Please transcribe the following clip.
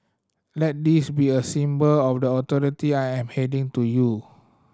let this be a symbol of the authority I am handing to you